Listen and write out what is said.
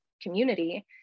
community